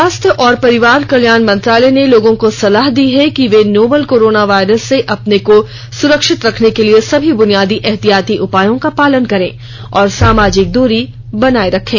स्वास्थ्य और परिवार कल्याण मंत्रालय ने लोगों को सलाह दी है कि वे नोवल कोरोना वायरस से अपने को सुरक्षित रखने के लिए सभी बुनियादी एहतियाती उपायों का पालन करें और सामाजिक दूरी बनाए रखें